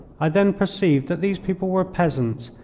i then perceived that these people were peasants,